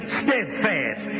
steadfast